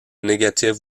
negative